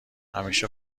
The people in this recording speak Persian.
همیشه